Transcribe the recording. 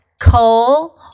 coal